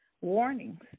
warnings